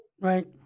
right